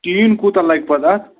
ٹیٖن کوٗتاہ لَگہِ پتہٕ اَتھ